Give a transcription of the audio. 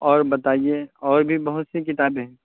اور بتائیے اور بھی بہت سی کتابیں ہیں